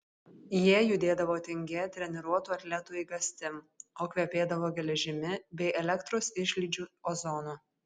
jie judėdavo tingia treniruotų atletų eigastim o kvepėdavo geležimi bei elektros išlydžių ozonu